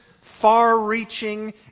far-reaching